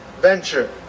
venture